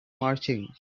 marching